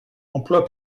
emploi